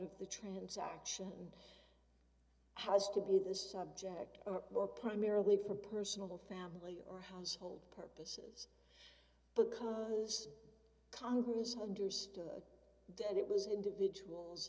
of the transaction has to be the subject or primarily for personal family or household purpose because congress understood that it was individuals